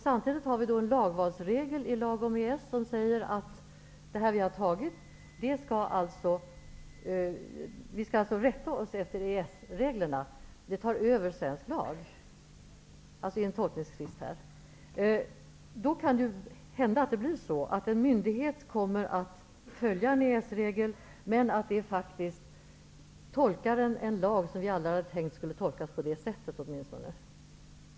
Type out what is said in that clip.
Samtidigt har vi en lagvalsregel i lag om EES som säger att vi i händelse av en tolkningstvist skall rätta oss efter EES-reglerna, eftersom de tar över svensk lag. Då kan det ju hända att en myndighet kommer att följa en EES-regel men att myndigheten tolkar en lag på ett sätt som vi aldrig hade tänkt oss.